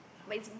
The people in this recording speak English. yeah